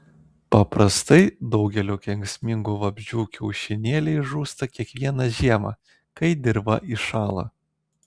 paprastai daugelio kenksmingų vabzdžių kiaušinėliai žūsta kiekvieną žiemą kai dirva įšąla